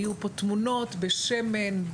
היו פה תמונות בשמן,